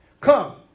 Come